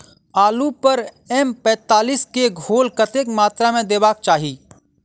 आलु पर एम पैंतालीस केँ घोल कतेक मात्रा मे देबाक चाहि?